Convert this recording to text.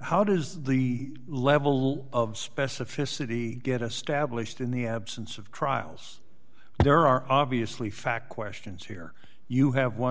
how does the level of specificity get a stablished in the absence of trials there are obviously fact questions here you have one